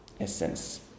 Essence